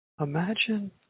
imagine